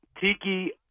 tiki